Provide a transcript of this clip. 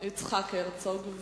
יצחק הרצוג.